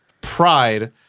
pride